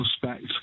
suspect